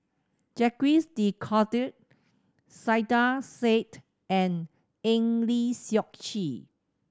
Jacques De Coutre Saiedah Said and Eng Lee Seok Chee